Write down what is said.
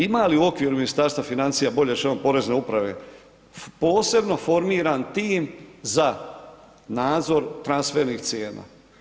Ima li u okviru Ministarstva financija, bolje rečeno Porezne uprave, posebno formiran tim za nadzor transfernih cijena?